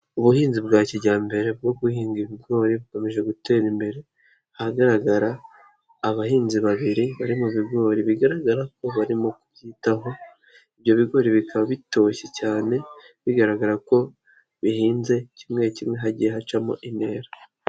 Ubuhinzi bwa kijyambere bwo guhinga ibigori bukomeje gutera imbere ahagaragara abahinzi babiri bari mu bigori bigaragara ko barimo kubyitaho, ibyo bigori bikaba bitoshye cyane bigaragara ko bihinze kimwe kimwe hagiye hacamo intera.